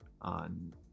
on